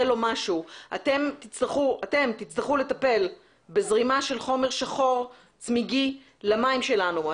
לו משהו אתם תצטרכו לטפל בזרימה של חומר שחור וצמיגי למים שלנו.